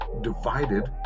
Divided